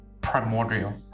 Primordial